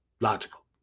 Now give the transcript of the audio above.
logical